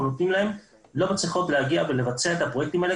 נותנים להן לא מצליחות להגיע ולבצע את הפרויקטים האלה